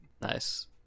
nice